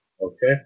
Okay